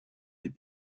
des